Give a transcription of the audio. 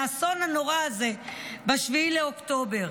מהאסון הנורא הזה ב-7 באוקטובר.